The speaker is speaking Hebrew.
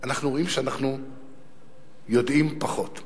אנחנו רואים שאנחנו יודעים פחות.